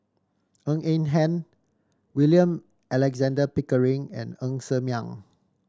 Ng Eng Hen William Alexander Pickering and Ng Ser Miang